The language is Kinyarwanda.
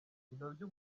nabyo